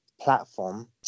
platform